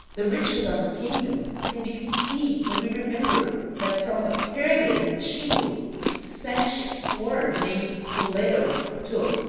the riches of the kingdom can be conceived when we remember that from a pyramid in chimu a spanish explorer named toledo took,